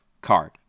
card